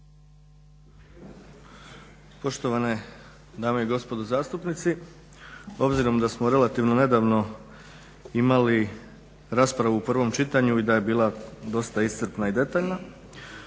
Poštovane dame i gospodo zastupnici. Obzirom da smo relativno nedavno imali raspravu u prvom čitanju i da je bila dosta iscrpna i detaljna,